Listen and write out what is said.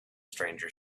stranger